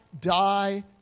Die